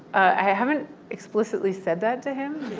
i haven't explicitly said that to him,